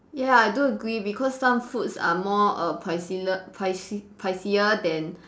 ya I do agree because some foods are more err pricile~ pricey pricier than